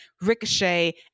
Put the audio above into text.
Ricochet